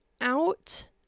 out